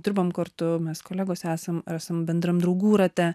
dirbam kartu mes kolegos esam esam bendram draugų rate